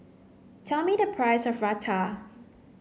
tell me the price of Raita